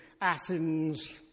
Athens